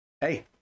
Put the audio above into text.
hey